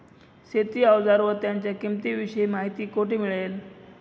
शेती औजारे व त्यांच्या किंमतीविषयी माहिती कोठे मिळेल?